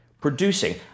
producing